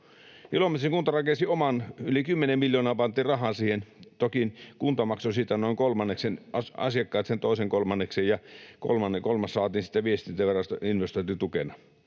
Ilomantsin kunta rakensi oman valokuituverkon. Yli 10 miljoonaa pantiin rahaa siihen — toki kunta maksoi siitä noin kolmanneksen, asiakkaat sen toisen kolmanneksen, ja kolmas kolmannes saatiin sitten Viestintäviraston investointitukena